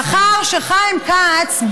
מאחר שחיים כץ,